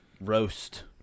Roast